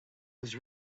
was